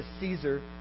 Caesar